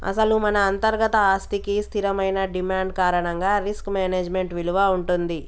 అసలు మన అంతర్గత ఆస్తికి స్థిరమైన డిమాండ్ కారణంగా రిస్క్ మేనేజ్మెంట్ విలువ ఉంటుంది